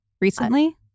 recently